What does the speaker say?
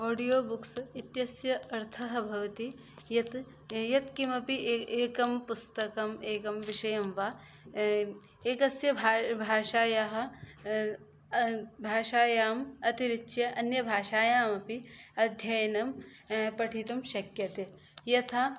audio books इत्यस्य अर्थः भवति यत् यत् किमपि ए एकं पुस्तकम् एकं विषयं वा एकस्य भाषायाः भाषायाम् अतिरिच्य अन्यभाषायामपि अध्ययनं पठितुं शक्यते यथा